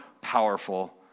powerful